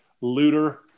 looter